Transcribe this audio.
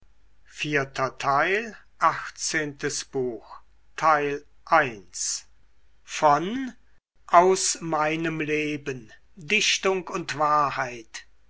goethe aus meinem leben dichtung und wahrheit